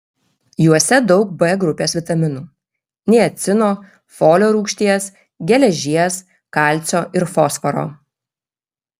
juose daug b grupės vitaminų niacino folio rūgšties geležies kalcio ir fosforo